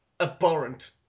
Abhorrent